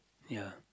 ya